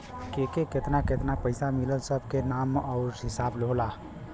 केके केतना केतना पइसा मिलल सब के नाम आउर हिसाब होला